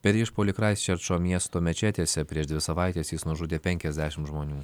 per išpuolį kraistčerčo miesto mečetėse prieš dvi savaites jis nužudė penkiasdešimt žmonių